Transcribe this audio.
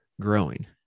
growing